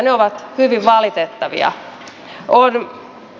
ne ovat hyvin valitettavia